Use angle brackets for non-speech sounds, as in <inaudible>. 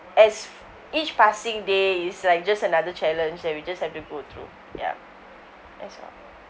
as each passing day is like just another challenge that we just have to go through ya that's all <breath>